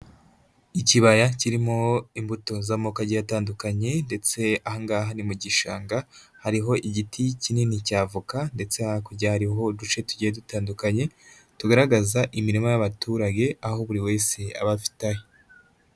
Ikibaya kirimo imbuto z'amoko agiye atandukanye ndetse aha ngaha ni mu gishanga hariho igiti kinini cya avoka ndetse hakurya hariho uduce tugiye dutandukanye tugaragaza imirima y'abaturage, aho buri wese aba afite ahe.